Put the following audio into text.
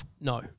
no